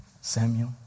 Samuel